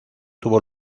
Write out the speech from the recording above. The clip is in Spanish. tuvo